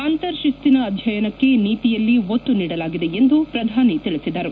ಅಂತರ್ ಶಿಸ್ತಿಯ ಅಧ್ಯಯನಕ್ಕೆ ನೀತಿಯಲ್ಲಿ ಒತ್ತು ನೀಡಲಾಗಿದೆ ಎಂದು ಪ್ರಧಾನಿ ತಿಳಿಸಿದರು